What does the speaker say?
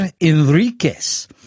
Enriquez